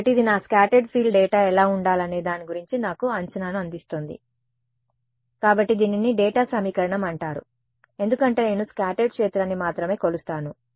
కాబట్టి ఇది నా స్కాటర్డ్ ఫీల్డ్ డేటా ఎలా ఉండాలనే దాని గురించి నాకు అంచనాను అందిస్తోంది కాబట్టి దీనిని డేటా సమీకరణం అంటారు ఎందుకంటే నేను స్కాటర్డ్ క్షేత్రాన్ని మాత్రమే కొలుస్తాను